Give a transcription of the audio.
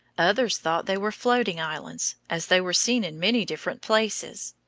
others thought they were floating islands, as they were seen in many different places.